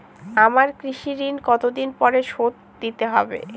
আমার কৃষিঋণ কতদিন পরে শোধ দিতে হবে?